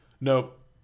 Nope